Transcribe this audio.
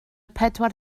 pedwar